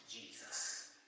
Jesus